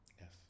Yes